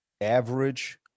average